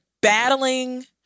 battling